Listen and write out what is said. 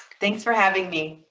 thanks for having me